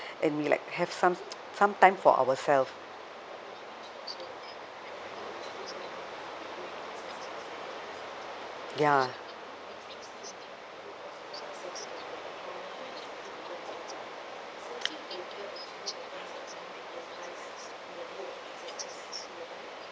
and we like have some some time for ourself ya